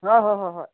ꯍꯣꯏ ꯍꯣꯏ ꯍꯣꯏ ꯍꯣꯏ